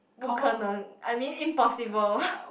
不可能 I mean impossible